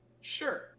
Sure